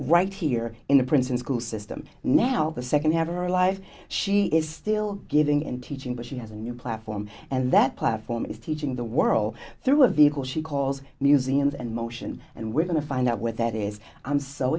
right here in the princeton school system now the second half of our life she is still giving and teaching but she has a new platform and that platform is teaching the world through a vehicle she calls museums and motion and we're going to find out what that is i'm so